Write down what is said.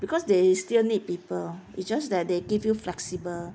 because they still need people it's just that they give you flexible